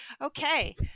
Okay